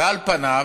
ועל פניו,